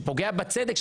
שפוגע בצדק,